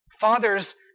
Fathers